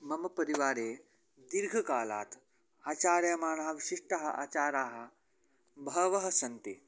मम परिवारे दीर्घकालात् आचार्यमाणाः विशिष्टाः आचाराः बहवः सन्ति